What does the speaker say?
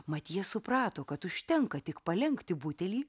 mat jie suprato kad užtenka tik palenkti butelį